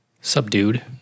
subdued